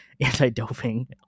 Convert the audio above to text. anti-doping